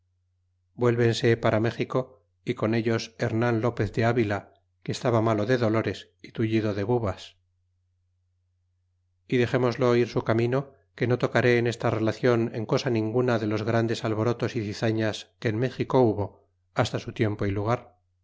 velvense para méxico y con ellos hernan lopez de avila que estaba malo de dolores y tullido de bubas y dexemoslo ir su camino que no tocaré en esta relacion en cosa ninguna de los grandes alborotos y cizañas que en méxico hubo hasta su tiempo y lugar